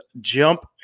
Jump